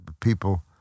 people